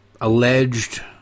alleged